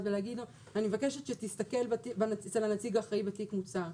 ולהגיד לו: אני מבקשת שתסתכל אצל הנציג האחראי בתיק מוצר.